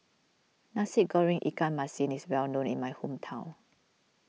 Nasi Goreng Ikan Masin is well known in my hometown